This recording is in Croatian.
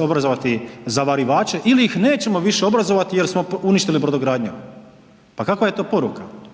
obrazovati zavarivače ili ih nećemo više obrazovati jer smo uništili brodogradnju. Pa kakva je to poruka.